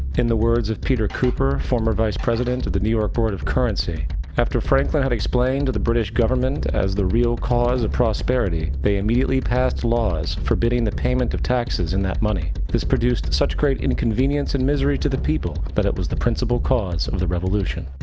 in the words of peter cooper, former vice-president of the new york board of currency after franklin had explained. to the british government as the real cause of prosperity, they immediately passed laws, forbidding the payment of taxes in that money, this produced such great inconvenience and misery to the people, that it was the principal cause of the revolution.